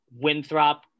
Winthrop